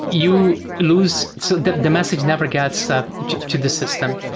you lose so the the message never gets to this system.